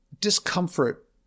discomfort